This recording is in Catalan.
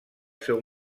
seu